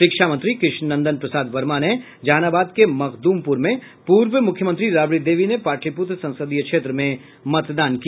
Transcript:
शिक्षा मंत्री कृष्णनंदन प्रसाद वर्मा ने जहानाबाद के मखद्मपुर में पूर्व मुख्यमंत्री राबड़ी देवी ने पाटलिपुत्र संसदीय क्षेत्र में मतदान किया